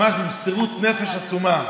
ממש במסירות נפש עצומה,